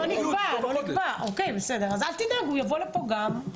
אל תדאג, הוא יבוא לפה גם.